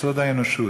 יסוד האנושות.